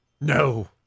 No